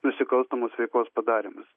nusikalstamos veikos padarymas